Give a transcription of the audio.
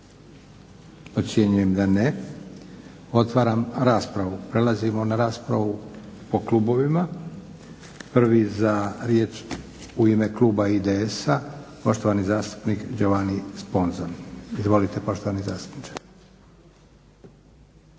Ocjenjujem da ne. Otvaram raspravu. Prelazimo na raspravu po klubovima. Prvi za riječ u ime kluba IDS-a poštovani zastupnik Giovanni Sponza. Samo jedna obavijest.